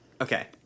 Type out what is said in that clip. okay